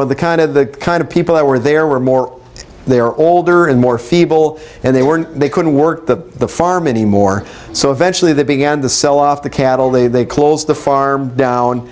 know the kind of the kind of people that were there were more they are older and more feeble and they were they couldn't work the farm anymore so eventually they began to sell off the cattle they had they closed the farm down